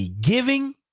giving